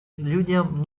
людям